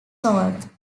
sold